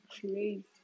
crazy